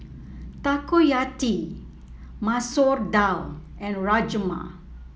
Takoyaki Masoor Dal and Rajma